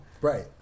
Right